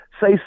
Say